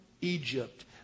Egypt